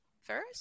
first